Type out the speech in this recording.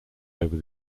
over